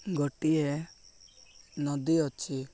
ଗୋଟିଏ ନଦୀ ଅଛି